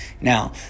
Now